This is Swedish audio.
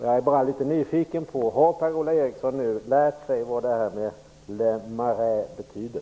Jag är bara litet nyfiken på om Per-Ola Eriksson har lärt sig vad le marais betyder.